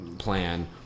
Plan